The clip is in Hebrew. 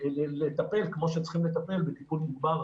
לטפל כמו שצריכים לטפל בטיפול מוגבר,